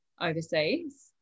overseas